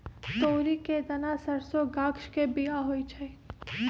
तोरी के दना सरसों गाछ के बिया होइ छइ